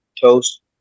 toast